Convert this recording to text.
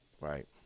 right